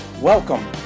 Welcome